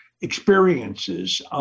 experiences